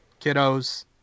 kiddos